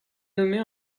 nommée